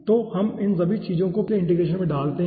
तो हम इन सभी चीजों को पिछले इंटीग्रेशन में डालते हैं